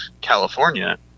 California